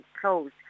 closed